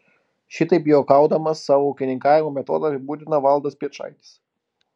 šitaip juokaudamas savo ūkininkavimo metodą apibūdina valdas piečaitis